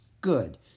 Good